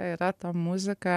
yra ta muzika